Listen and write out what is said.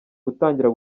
gutangira